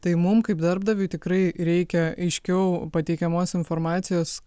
tai mum kaip darbdaviui tikrai reikia aiškiau pateikiamos informacijos